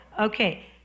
Okay